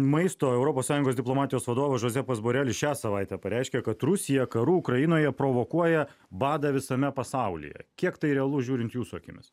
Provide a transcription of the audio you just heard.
maisto europos sąjungos diplomatijos vadovas žozėpas borelis šią savaitę pareiškė kad rusija karu ukrainoje provokuoja badą visame pasaulyje kiek tai realu žiūrint jūsų akimis